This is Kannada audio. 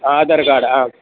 ಹಾಂ ಆಧಾರ್ ಕಾರ್ಡ್ ಹಾಂ